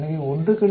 எனவே 1 0